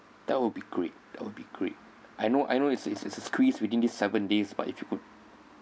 that will be great that will be great I know I know it's it's it's a squeeze within this seven days but if you could